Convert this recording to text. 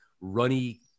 runny